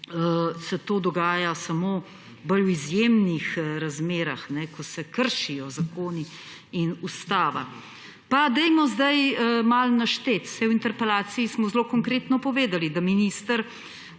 se to dogaja samo v bolj izjemnih razmerah, ko se kršijo zakoni in ustava. Pa dajmo zdaj malo našteti. V interpelaciji smo zelo konkretno povedali, da minister